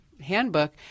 handbook